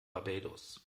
barbados